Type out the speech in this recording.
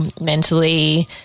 mentally